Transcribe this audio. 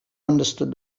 understood